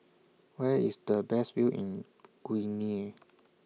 Where IS The Best View in Guinea